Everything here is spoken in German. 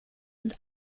und